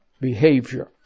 behavior